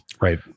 Right